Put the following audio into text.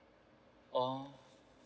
oh